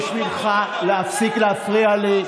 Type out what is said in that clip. תפסיק להפריע לי.